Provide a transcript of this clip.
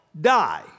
die